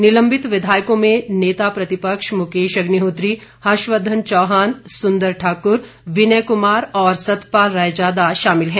निलंबित विधायकों में नेता प्रतिपक्ष मुकेश अग्निहोत्री हर्षवर्धन चौहान सुंदर ठाकुर विनय कुमार और सतपाल रायजादा शामिल हैं